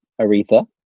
Aretha